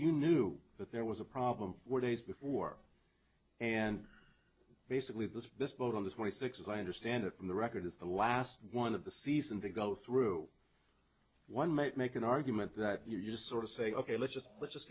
you knew that there was a problem four days before and basically this this vote on the twenty six as i understand it from the record is the last one of the season to go through one might make an argument that you just sort of say ok let's just let's just